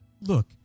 look